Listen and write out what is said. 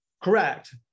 Correct